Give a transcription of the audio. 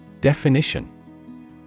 Definition